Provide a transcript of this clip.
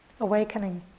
awakening